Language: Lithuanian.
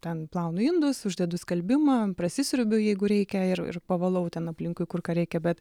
ten plaunu indus uždedu skalbimą prasisiurbiu jeigu reikia ir ir pavalau ten aplinkui kur ką reikia bet